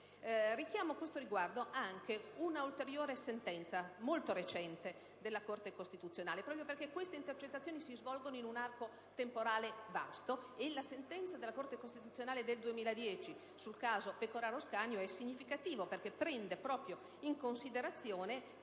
Richiamo a questo riguardo un'ulteriore sentenza, molto recente, della Corte costituzionale, proprio perché tali intercettazioni si svolgono in un arco temporale vasto. Mi riferisco alla sentenza costituzionale del 2010 sul caso Pecoraro Scanio, che è significativa, perché prende in considerazione,